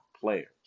players